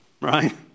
Right